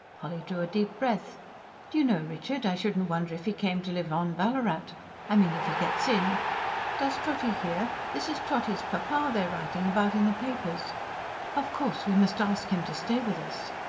polly drew a deep breath. do you know, richard, i shouldn't wonder if he came to live on ballarat i mean if he gets in does trotty hear? this is trotty's papa they're writing about in the papers of course we must ask him to stay with us.